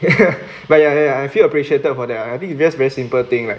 ya but ya ya I feel appreciated for that I think it's just very simple thing like